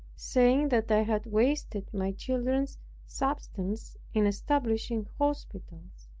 saying that i had wasted my children's substance in establishing hospitals,